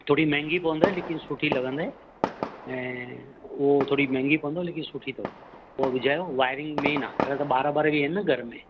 थोरी महांगी पवंदई लेकिन सुठी लॻंदई ऐं उहो थोरी महांगी पवंदव लेकिन सुठी अथव उओ विझायो वायरिंग मेन आहे छा त ॿार वार बि आहिनि न घर में